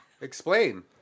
Explain